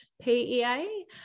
PEA